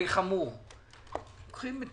חמור מאוד.